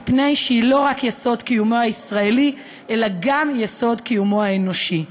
מפני שהיא לא רק יסוד קיומו הישראלי אלא גם יסוד קיומו האנושי.